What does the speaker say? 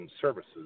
services